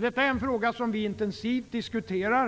Detta är en fråga som vi intensivt diskuterar.